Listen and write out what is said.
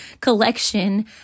collection